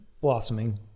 blossoming